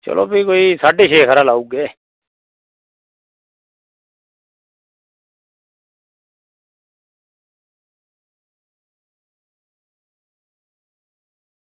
चलो भी कोई साढ़े छे हारा लाई ओड़गे